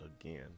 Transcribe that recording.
Again